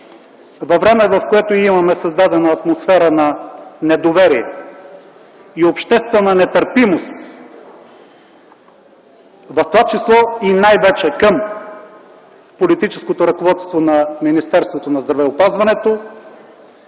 във време, в което имаме създадена атмосфера на недоверие и обществена нетърпимост, в това число и най-вече към политическото ръководство на Министерството на здравеопазването,